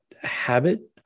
habit